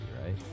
right